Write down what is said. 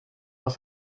aus